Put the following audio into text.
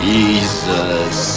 Jesus